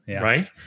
right